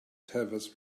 tavis